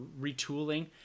retooling